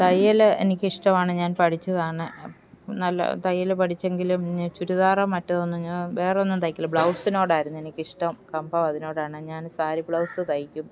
തയ്യൽ എനിക്കിഷ്ടമാണ് ഞാൻ പഠിച്ചതാണ് നല്ല തയ്യൽ പഠിച്ചെങ്കിലും ഞാൻ ചുരിദാറോ മറ്റൊ ഒന്നും ഞാൻ വേറൊന്നും തയ്ക്കില്ല ബ്ലൗസിനോടായിരുന്നു എനിക്ക് ഇഷ്ടവും കമ്പവും അതിനോടാണ് ഞാൻ സാരി ബ്ലൗസ് തയ്ക്കും